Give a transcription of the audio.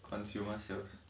consumer sales